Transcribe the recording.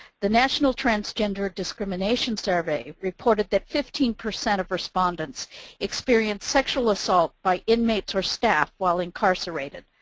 the national transgender discrimination survey reported that fifteen percent of respondents experienced sexual assault by inmates or staff while incarcerated.